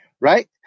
right